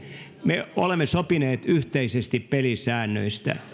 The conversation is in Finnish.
me olemme sopineet yhteisesti pelisäännöistä